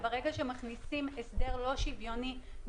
ברגע שמכניסים הסדר לא שוויוני,